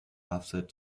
offset